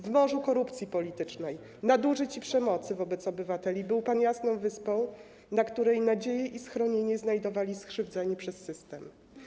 W morzu korupcji politycznej, nadużyć i przemocy wobec obywateli był pan jasną wyspą, na której nadzieję i schronienie znajdowali skrzywdzeni przez system.